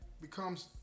becomes